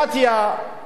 שבדמוקרטיה